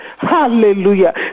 Hallelujah